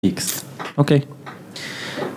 איקס. ‫אוקיי. ס...